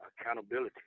accountability